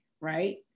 right